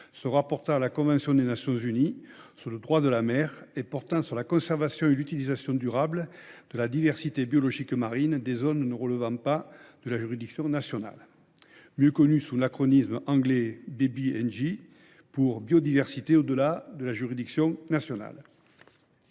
se rapportant à la convention des Nations unies sur le droit de la mer et portant sur la conservation et l’utilisation durable de la diversité biologique marine des zones ne relevant pas de la juridiction nationale, mieux connu sous l’acronyme anglais BBNJ. Cet accord est historique.